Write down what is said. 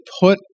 put